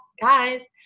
guys